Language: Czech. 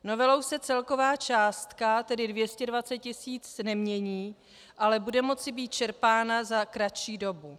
Novelou se celková částka, tedy 220 tisíc, nemění, ale bude moci být čerpána za kratší dobu.